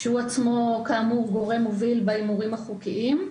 שהוא עצמו כאמור גורם מוביל בהימורים החוקיים.